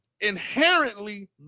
inherently